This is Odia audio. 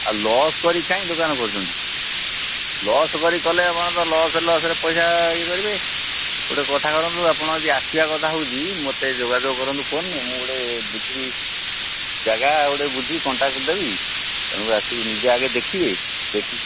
ଆଉ ଲସ୍ କରିକି କାଇଁ ଦୋକାନ କରୁଛନ୍ତି ଲସ୍ କରି କଲେ ଆପଣ ତ ଲସ୍ରେ ଲସ୍ରେ ପଇସା ଇଏ କରିବେ ଗୋଟେ କଥା କରନ୍ତୁ ଆପଣ ଯଦି ଆସିବା କଥା ହେଉଛି ମୋତେ ଯୋଗାଯୋଗ କରନ୍ତୁ ଫୋନ୍ ମୁଁ ଗୋଟେ ବୁଝିଲି ଜାଗା ଗୋଟେ ବୁଝିକି କଣ୍ଟାକ୍ଟ ଦେବି ତେଣୁ ଆସିକି ନିଜେ ଆଗେ ଦେଖିବେ ଦେଖି